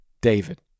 David